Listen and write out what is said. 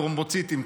טרומבוציטים,